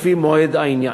לפי מועד העניין.